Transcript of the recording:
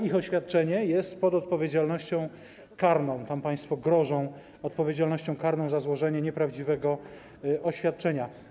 Ich oświadczenie jest składane pod odpowiedzialnością karną, państwo grożą odpowiedzialnością karną za złożenie nieprawdziwego oświadczenia.